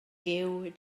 giw